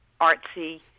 artsy